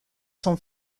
son